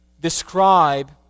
describe